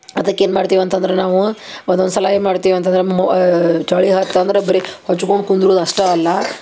ಅದಕ್ಕೆ ಏನು ಮಾಡ್ತೀವಿ ಅಂತಂದರೆ ನಾವು ಒಂದೊಂದು ಸಲ ಏನು ಮಾಡ್ತೀವಿ ಅಂತಂದರೆ ಮೊ ಚಳಿ ಆತಂದ್ರೆ ಬರಿ ಹೊಚ್ಕೊಂಡು ಕುಂದ್ರುದು ಅಷ್ಟೆ ಅಲ್ಲ